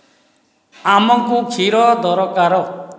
ଆମକୁ କ୍ଷୀର ଦରକାର୍